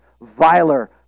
viler